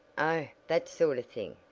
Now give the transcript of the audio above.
oh, that sort of thing,